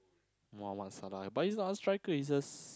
Mohamed Salah but he's a striker it's just